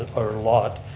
or lot.